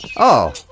oh.